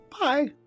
Bye